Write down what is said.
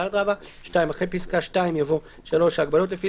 (2)אחרי פסקה (2) יבוא: "(3)ההגבלות לפי